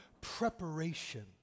preparation